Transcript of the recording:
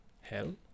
hell